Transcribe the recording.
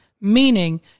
meaning